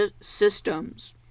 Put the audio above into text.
systems